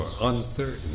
uncertain